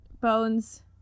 bones